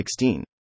16